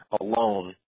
alone